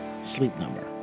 Sleepnumber